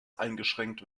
eingeschränkt